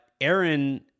Aaron